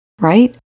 right